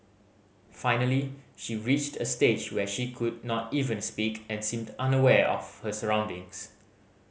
finally she reached a stage when she could not even speak and seemed unaware of her surroundings